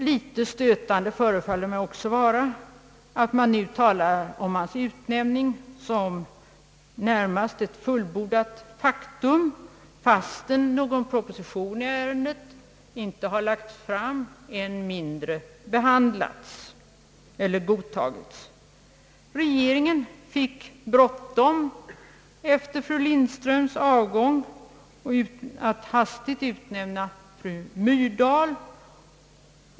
Litet stötande förefaller det mig också vara att man nu talar om hans utnämning som närmast ett fullbordat faktum, fastän någon proposition om ökning av antalet statsråd inte har lagts fram i riksdagen och ännu mindre behandlats eller godtagits. Regeringen fick efter fru Lindströms avgång brått med att utnämna fru Myrdal.